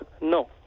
No